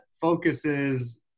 focuses